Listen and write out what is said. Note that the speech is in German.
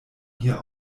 hier